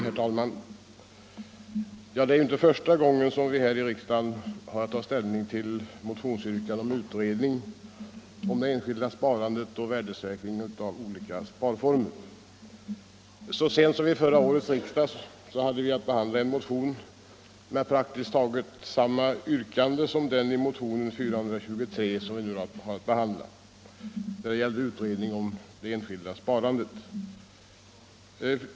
Herr talman! Det är inte första gången som vi här i riksdagen har att ta ställning till motionsyrkanden om utredning av det enskilda sparandet och värdesäkring av olika sparformer. Så sent som vid förra årets riksdag hade vi att behandla en motion med praktiskt taget samma yrkande som i den motion som vi nu behandlar, motion 423 angående utredning om det enskilda sparandet.